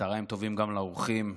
צוהריים טובים גם לאורחים.